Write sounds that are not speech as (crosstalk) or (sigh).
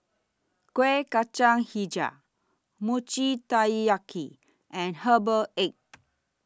Kuih Kacang Hijau Mochi Taiyaki and Herbal Egg (noise)